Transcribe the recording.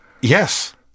Yes